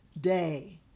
Day